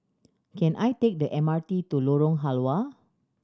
can I take the M R T to Lorong Halwa